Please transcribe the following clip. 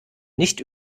nicht